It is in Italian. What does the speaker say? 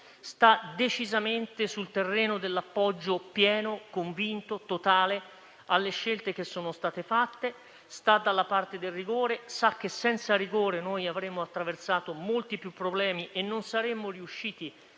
è decisamente sul terreno dell'appoggio pieno, convinto, totale alle scelte che sono state fatte; è dalla parte del rigore e sa che senza rigore noi avremmo attraversato molti più problemi e non saremmo riusciti a